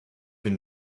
been